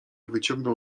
wyciągnął